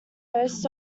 hosts